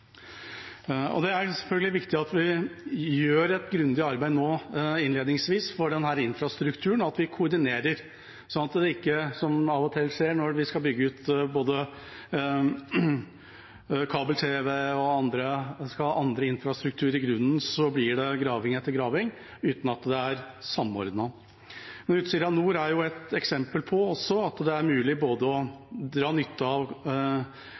Det er selvfølgelig viktig at vi nå innledningsvis gjør et grundig arbeid med denne infrastrukturen, og at vi koordinerer, sånn at det ikke blir – som vi av og til ser når vi skal både bygge ut kabel-tv og ha annen infrastruktur i grunnen – graving etter graving, uten at det er samordnet. Utsira Nord er et eksempel på at det også er mulig å dra nytte av